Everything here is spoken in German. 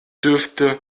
dürfte